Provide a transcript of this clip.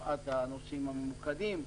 מפאת הנושאים הממוקדים,